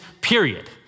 period